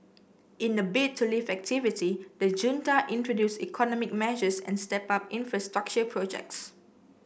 in a bid to lift activity the junta introduced economic measures and stepped up infrastructure projects